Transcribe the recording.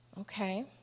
Okay